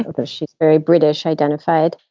ah she's very british identified.